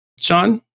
Sean